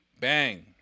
bang